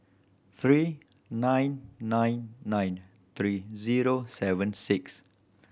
three nine nine nine three zero seven six